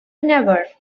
never